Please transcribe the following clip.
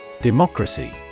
Democracy